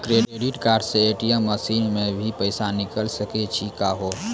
Credit card से ATM machine से भी पैसा निकल सकै छि का हो?